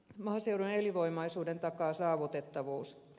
maaseudun elinvoimaisuuden takaa saavutettavuus